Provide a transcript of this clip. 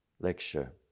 lecture